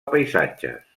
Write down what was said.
paisatges